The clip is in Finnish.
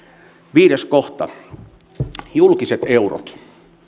viides kohta julkiset eurot